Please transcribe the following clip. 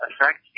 affect